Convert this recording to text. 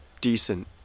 decent